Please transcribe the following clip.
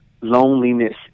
loneliness